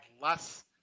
less